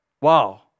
Wow